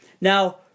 Now